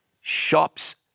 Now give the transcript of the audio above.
Shops